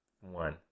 One